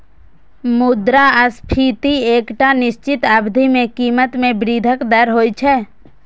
मुद्रास्फीति एकटा निश्चित अवधि मे कीमत मे वृद्धिक दर होइ छै